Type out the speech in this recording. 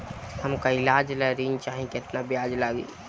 हमका ईलाज ला ऋण चाही केतना ब्याज लागी?